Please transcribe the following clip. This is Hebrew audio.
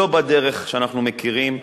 לא בדרך שאנחנו מכירים,